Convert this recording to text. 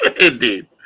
Indeed